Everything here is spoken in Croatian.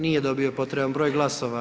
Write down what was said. Nije dobio potreban broj glasova.